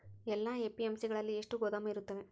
ಎಲ್ಲಾ ಎ.ಪಿ.ಎಮ್.ಸಿ ಗಳಲ್ಲಿ ಎಷ್ಟು ಗೋದಾಮು ಇರುತ್ತವೆ?